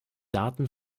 daten